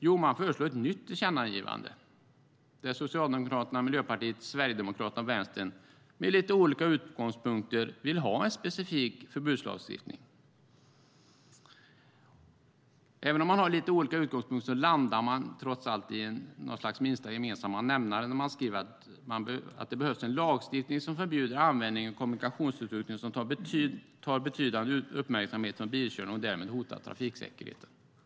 Jo, man föreslår ett nytt tillkännagivande där Socialdemokraterna, Miljöpartiet, Sverigedemokraterna och Vänstern med lite olika utgångspunkter vill ha en specifik förbudslagstiftning. Även om man har lite olika utgångspunkter landar man i en minsta gemensamma nämnare när man skriver att det behövs en lagstiftning som förbjuder användning av kommunikationsutrustning som tar betydande uppmärksamhet från bilkörningen och därmed hotar trafiksäkerheten.